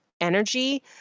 energy